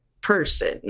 person